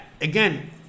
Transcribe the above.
again